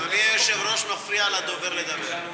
אדוני היושב-ראש מפריע לדובר לדבר.